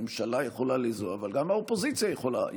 הממשלה יכולה ליזום אבל גם האופוזיציה יכולה,